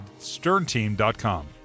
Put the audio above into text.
sternteam.com